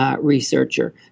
researcher